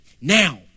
Now